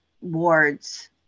wards